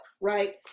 right